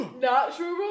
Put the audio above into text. natural